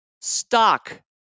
Stock